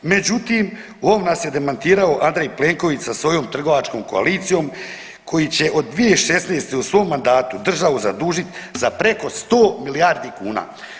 Međutim, u ovom nas je demantirao Andrej Plenković sa svojom trgovačkom koalicijom koji će od 2016. u svom mandatu državu zadužiti za preko 100 milijardi kuna.